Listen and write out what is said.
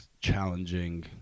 challenging